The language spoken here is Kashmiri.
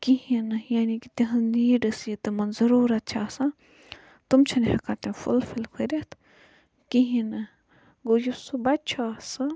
کِہیٖنۍ نہٕ یعنی کہِ تِہِنٛد نیٖڈس یہِ تِمَن ضروٗرَت چھِ آسان تُم چھِنہٕ ہیٚکان تِم فُلفِل کٔرِتھ کِہیٖنۍ نہٕ گوٚو یُس سُہ بَچہِ چھُ آسان